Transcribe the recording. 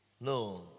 no